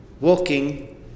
walking